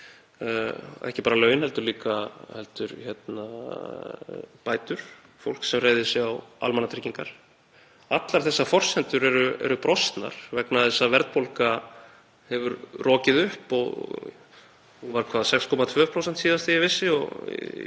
ekki bara laun heldur líka bætur fólks sem reiðir sig á almannatryggingar. Allar þessar forsendur eru brostnar vegna þess að verðbólga hefur rokið upp. Hún var 6,2% síðast þegar ég vissi og